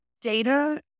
data